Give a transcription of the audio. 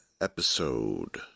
episode